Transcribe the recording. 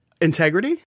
integrity